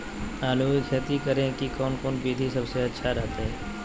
आलू की खेती करें के कौन कौन विधि सबसे अच्छा रहतय?